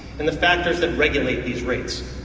and the factors that regulate these rates.